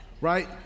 Right